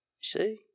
see